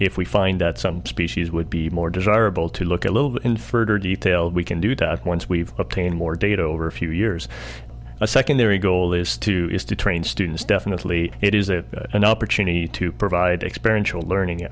if we find out some species would be more desirable to look at a little bit in further detail we can do to once we've obtained more data over a few years a secondary goal is to use to train students definitely it is it an opportunity to provide experiential learning